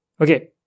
Okay